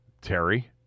terry